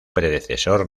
predecesor